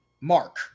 Mark